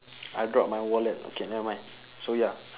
I drop my wallet okay nevermind so ya